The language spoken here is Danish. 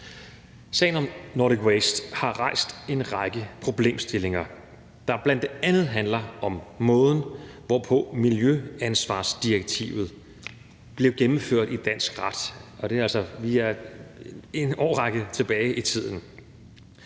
Sagen om Nordic Waste har rejst en række problemstillinger, der bl.a. handler om måden, hvorpå miljøansvarsdirektivet blev gennemført i dansk ret – og vi er altså en årrække tilbage i tiden.